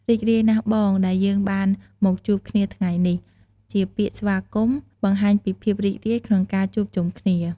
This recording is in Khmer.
រីករាយណាស់បង ដែលយើងបានមកជួបគ្នាថ្ងៃនេះ ជាពាក្យស្វាគមន៍បង្ហាញពីភាពរីករាយក្នុងការជួបជុំគ្នា។